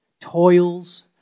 toils